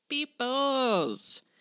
peoples